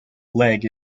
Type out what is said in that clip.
leg